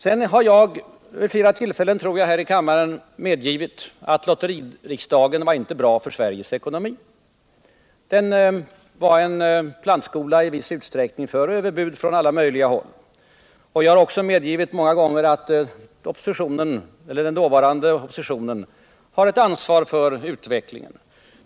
Jag har vid flera tillfällen här i kammaren medgivit att lotteririksdagen inte var bra för Sveriges ekonomi. Den var i viss utsträckning en plantskola för överbud från alla möjliga håll. Jag har många gånger medgivit att också den dåvarande oppositionen har ett ansvar för utvecklingen.